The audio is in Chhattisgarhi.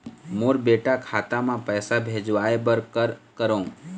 मोर बेटा खाता मा पैसा भेजवाए बर कर करों?